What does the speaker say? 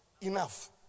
enough